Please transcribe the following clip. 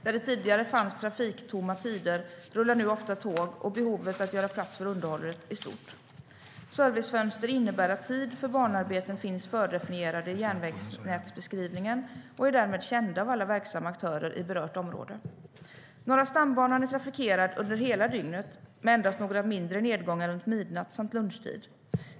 Där det tidigare fanns trafiktomma tider rullar nu ofta tåg, och behovet att göra plats för underhållet är stort. Servicefönster innebär att tid för banarbeten finns fördefinierade i järnvägsnätsbeskrivningen och därmed är kända för alla verksamma aktörer i berört banområde. Norra stambanan är trafikerad under hela dygnet med endast några mindre nedgångar runt midnatt samt lunchtid.